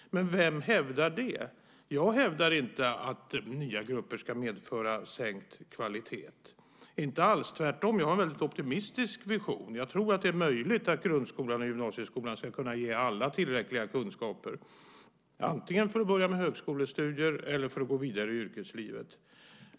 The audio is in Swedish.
Vem hävdar det? Jag hävdar inte att nya grupper ska medföra sänkt kvalitet, inte alls, tvärtom. Jag har en väldigt optimistisk vision. Jag tror att det är möjligt för grundskolan och gymnasieskolan att kunna ge alla tillräckliga kunskaper, antingen för att börja med högskolestudier eller för att gå vidare i yrkeslivet.